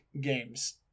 games